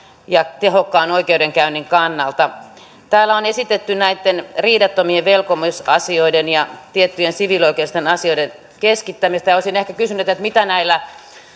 ja tehokkaan oikeudenkäynnin kannalta täällä on esitetty näitten riidattomien velkomisasioiden ja tiettyjen siviilioikeudellisten asioiden keskittämistä ja olisin ehkä kysynyt mitä näillä